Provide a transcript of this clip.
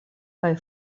kaj